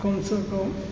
कमसे कम